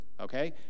okay